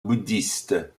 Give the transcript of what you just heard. bouddhistes